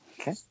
Okay